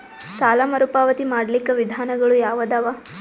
ಸಾಲ ಮರುಪಾವತಿ ಮಾಡ್ಲಿಕ್ಕ ವಿಧಾನಗಳು ಯಾವದವಾ?